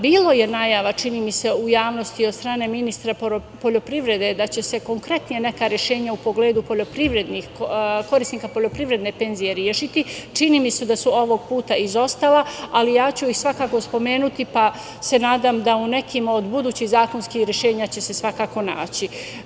Bilo je najava, čini mi se, u javnosti od strane ministra poljoprivrede da će se konkretno neka rešenja u pogledu korisnika poljoprivredne penzije rešiti, čini mi se da su ovog puta izostala, ali ja ću ih svakako spomenuti, pa se nadam da u nekim od budućih zakonskih rešenja će se svakako naći.